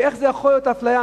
ואיך זה יכול להיות אפליה?